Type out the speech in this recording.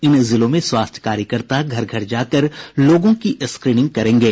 इन जिलों में स्वास्थ्य कार्यकर्ता घर घर जाकर लोगों की स्क्रींनिंग करेंगे